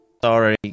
sorry